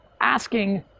asking